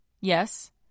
yes